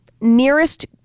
nearest